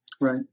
Right